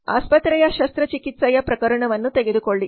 ಆಸ್ಪತ್ರೆಯ ಶಸ್ತ್ರಚಿಕಿತ್ಸೆಯ ಪ್ರಕರಣವನ್ನು ತೆಗೆದುಕೊಳ್ಳಿ